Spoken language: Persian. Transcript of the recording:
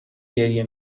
گریه